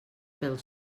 pel